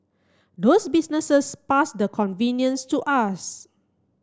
those businesses pass the convenience to us